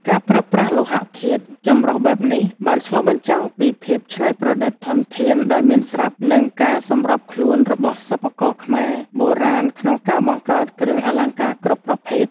ការប្រើប្រាស់លោហៈធាតុចម្រុះបែបនេះ បានឆ្លុះបញ្ចាំងពីភាពច្នៃប្រឌិត ធនធានដែលមានស្រាប់ និងការសម្របខ្លួនរបស់សិប្បករខ្មែរបុរាណក្នុងការបង្កើតគ្រឿងអលង្ការគ្រប់ប្រភេទ។